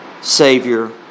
Savior